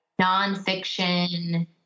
nonfiction